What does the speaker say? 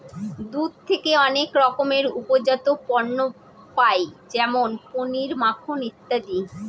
দুধ থেকে অনেক রকমের উপজাত পণ্য পায় যেমন পনির, মাখন ইত্যাদি